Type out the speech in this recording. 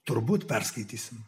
turbūt perskaitysime